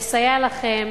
נסייע לכם,